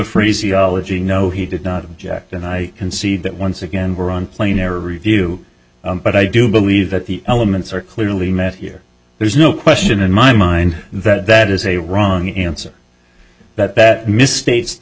phraseology no he did not object and i can see that once again we're on planar review but i do believe that the elements are clearly met here there's no question in my mind that that is a wrong answer that that misstates the